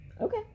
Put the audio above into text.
Okay